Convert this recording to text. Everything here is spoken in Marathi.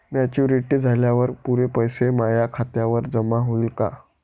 मॅच्युरिटी झाल्यावर पुरे पैसे माया खात्यावर जमा होईन का?